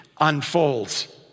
unfolds